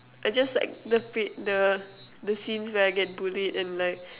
I just like the feel~ the scenes where I get bullied and like